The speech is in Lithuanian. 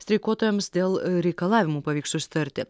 streikuotojams dėl reikalavimų pavyks susitarti